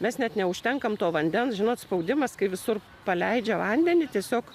mes net neužtenkam to vandens žinot spaudimas kai visur paleidžia vandenį tiesiog